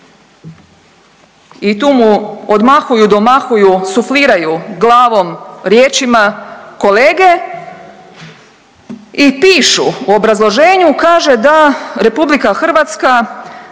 i tu mu odmahuju, domahuju, sufliraju glavom i riječima kolege i pišu, u obrazloženju kaže da RH odnosno